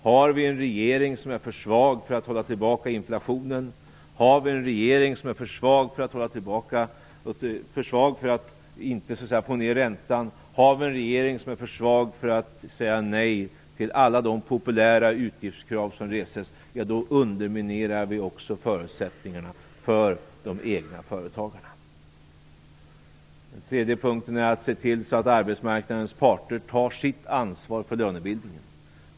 Har vi en regering som är för svag för att hålla tillbaka inflationen, för att få ned räntan och för att säga nej till alla de populära utgiftskrav som reses, underminerar vi också förutsättningarna för egenföretagarna. Den tredje punkten är att se till att arbetsmarknadens parter tar sitt ansvar för lönebildningen.